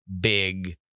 big